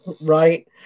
Right